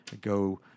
go